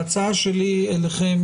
ההצעה שלי אליכם,